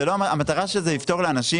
המטרה שזה יפתור לאנשים,